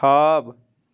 خاب